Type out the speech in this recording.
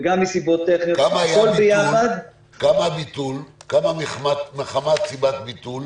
וגם מסיבות טכניות הכול ביחד --- כמה מחמת סיבת ביטול?